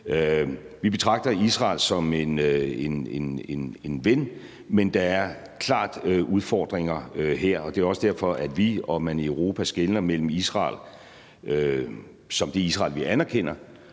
Vi betragter Israel som en ven, men der er klart udfordringer her, og det er også derfor, at vi og man i Europa skelner mellem Israel som det Israel, vi anerkender,